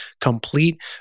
Complete